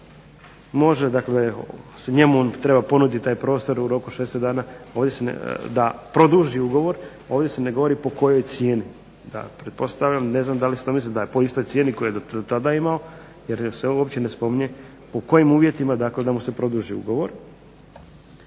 može dakle se njemu treba ponuditi taj prostor u roku 60 dana, ovdje se, da produži ugovor, ovdje se ne govori po kojoj cijeni. Pretpostavljam, ne znam da li se to misli da je po istoj cijeni koju je do tada imao, jer se uopće ne spominje po kojim uvjetima, dakle da mu se produži ugovor.